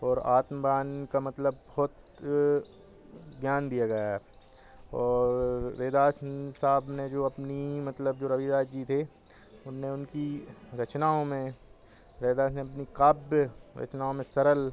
और आत्म ज्ञान का मतलब बहुत ज्ञान दिया गया है और वेदास साहब ने जो अपनी मतलब जो रविदास जी थे उन्होंने उनकी रचनाओं में रविदास ने अपनी काव्य रचनाओं में सरल